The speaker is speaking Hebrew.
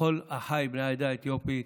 לכל אחיי בני העדה האתיופית,